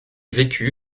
vécut